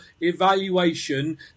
evaluation